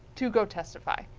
to go testify.